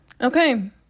okay